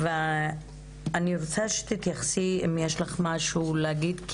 ואני רוצה שתתייחסי אם יש לך משהו להגיד,